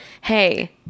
hey